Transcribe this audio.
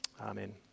Amen